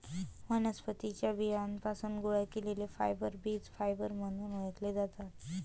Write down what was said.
वनस्पतीं च्या बियांपासून गोळा केलेले फायबर बीज फायबर म्हणून ओळखले जातात